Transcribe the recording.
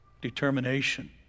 determination